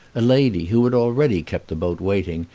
a lady, who had already kept the boat waiting,